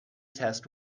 test